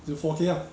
有 four lah